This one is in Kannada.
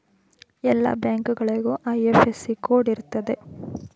ಎಲ್ಲ ಬ್ಯಾಂಕ್ಗಳಿಗೂ ಐ.ಎಫ್.ಎಸ್.ಸಿ ಕೋಡ್ ಇರ್ತದೆ